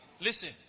listen